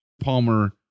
Palmer